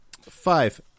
five